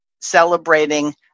celebrating